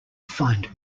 find